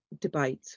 debate